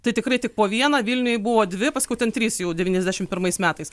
tai tikrai tik po vieną vilniuj buvo dvi paskui ten trys jau devyniasdešimt pirmais metais